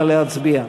נא להצביע.